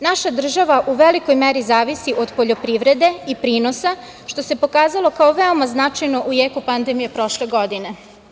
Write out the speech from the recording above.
Naša država u velikoj meri zavisi od poljoprivrede i prinosa, što se pokazalo kao veoma značajno u jeku pandemije prošle godine.